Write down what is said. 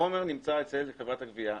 החומר נמצא אצל חברת הגבייה,